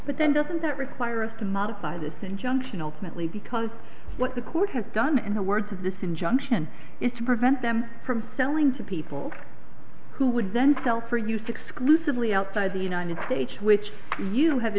but then doesn't that require us to modify the thing junction alternately because what the court has done in the words of this injunction is to prevent them from selling to people who would then sell for you to exclusively outside the united states which you have